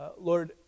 Lord